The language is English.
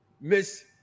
Miss